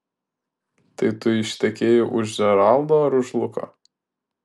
tai tu ištekėjai už džeraldo ar už luko